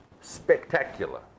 spectacular